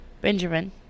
Benjamin